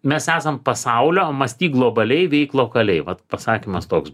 mes esam pasaulio mąstyk globaliai veik lokaliai vat pasakymas toks